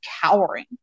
cowering